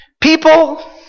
People